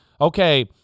okay